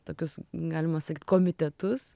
tokius galima sakyt komitetus